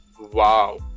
Wow